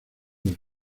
del